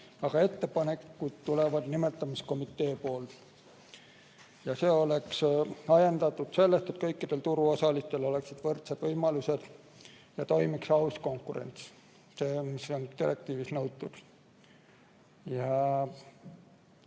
aga ettepanekud tulevad nimetamiskomitee poolt. See on ajendatud sellest, et kõikidel turuosalistel oleksid võrdsed võimalused ja toimiks aus konkurents. Seda nõuab direktiiv.